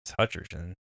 Hutcherson